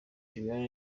diarra